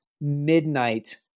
midnight